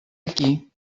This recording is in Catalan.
aquí